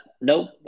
Nope